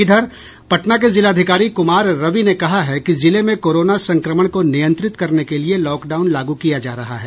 इधर पटना के जिलाधिकारी कुमार रवि ने कहा है कि जिले में कोरोना संक्रमण को नियंत्रित करने के लिए लॉकडाउन लागू किया जा रहा है